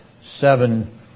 seven